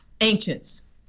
ancients